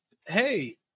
hey